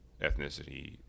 ethnicity